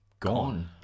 gone